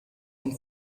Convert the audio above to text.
und